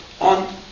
on